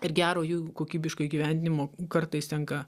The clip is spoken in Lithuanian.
ir gero jų kokybiško įgyvendinimo kartais tenka